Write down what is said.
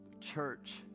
Church